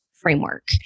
framework